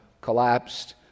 collapsed